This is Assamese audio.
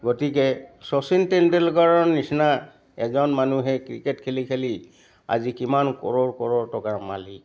গতিকে শচীন টেণ্ডুলকাৰৰ নিচিনা এজন মানুহে ক্ৰিকেট খেলি খেলি আজি কিমান কৰোৰ কৰোৰ টকাৰ মালিক